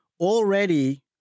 Already